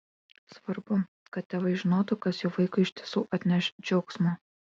svarbu kad tėvai žinotų kas jų vaikui iš tiesų atneš džiaugsmo